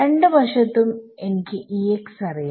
രണ്ട് വശത്തും എനിക്ക് അറിയാം